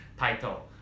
title